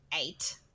eight